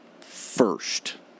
First